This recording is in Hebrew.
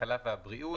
הכלכלה והבריאות,